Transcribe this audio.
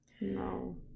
No